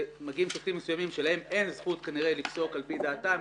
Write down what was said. שמגיעים שופטים מסוימים שלהם אין זכות כנראה לפסוק על פי דעתם,